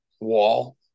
wall